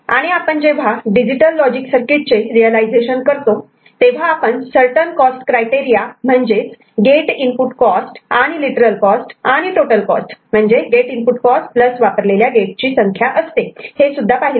आणि आपण जेव्हा डिजिटल लॉजिक सर्किट चे रियलायझेशन करतो तेव्हा आपण सर्टन कॉस्ट क्रायटेरिया म्हणजेच गेट इनपुट कॉस्ट आणि लिटरल कॉस्ट आणि टोटल कॉस्ट म्हणजे गेट इनपुट कॉस्ट प्लस वापरलेल्या गेट ची संख्या असते हे सुद्धा पाहिले